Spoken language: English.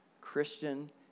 Christian